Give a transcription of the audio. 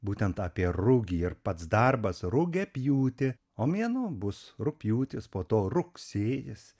būtent apie rugį ir pats darbas rugiapjūtė o mėnuo bus rugpjūtis po to rugsėjis